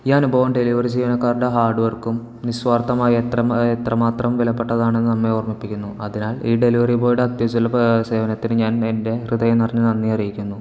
ഈയനുഭവം delivery ജീവനക്കാരൻ്റെ hard വർക്കും നിസ്വാർത്ഥമായ എത്രമാത്രം വിലപ്പെട്ടതാണെന്ന് നമ്മെ ഓർമിപ്പിക്കുന്നു അതിനാൽ ഈ ഡെലിവറി ബോയുടെ അത്യസുലഭ സേവനത്തിന് ഞാൻ എൻ്റെ ഹൃദയം നറഞ്ഞ നന്ദി അറിയിക്കുന്നു